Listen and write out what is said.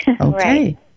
Okay